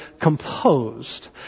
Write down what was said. composed